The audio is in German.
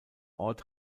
ort